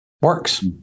Works